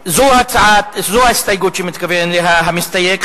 זו ההסתייגות שמתכוון אליה המסתייג,